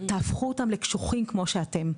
תהפכו אותם לקשוחים כמו שאתם',